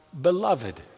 beloved